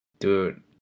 Dude